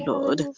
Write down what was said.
Lord